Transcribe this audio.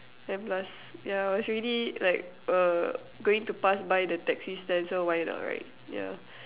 and plus yeah I was already like err going to pass by the taxi stand so why not right yeah